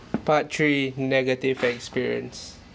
part three negative experience